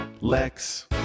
Lex